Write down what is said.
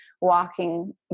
walking